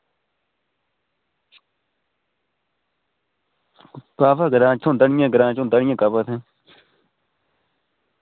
काह्वा ग्रां च थ्होंदा निं ऐ ग्राएं च होंदा निं ऐ काह्वा